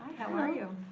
how are you.